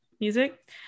music